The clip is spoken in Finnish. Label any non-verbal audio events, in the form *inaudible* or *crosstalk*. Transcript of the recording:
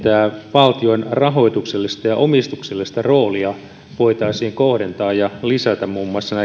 valtion rahoituksellista ja omistuksellista roolia voitaisiin kohdentaa ja lisätä muun muassa *unintelligible*